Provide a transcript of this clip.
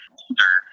older